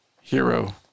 hero